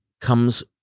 comes